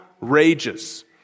rages